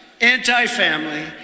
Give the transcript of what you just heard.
anti-family